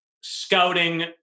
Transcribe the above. scouting